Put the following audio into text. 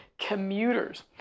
commuters